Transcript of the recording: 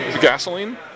gasoline